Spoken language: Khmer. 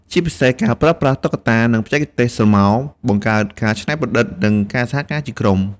ជាពិសេស ការប្រើប្រាស់តុក្កតា និងបច្ចេកទេសស្រមោល បង្កើតការច្នៃប្រឌិត និងការសហការជាក្រុម។